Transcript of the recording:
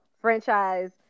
franchise